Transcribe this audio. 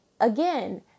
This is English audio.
again